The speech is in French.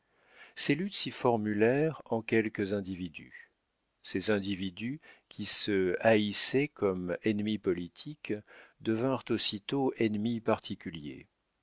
ces luttes s'y formulèrent en quelques individus ces individus qui se haïssaient comme ennemis politiques devinrent aussitôt ennemis particuliers